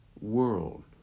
world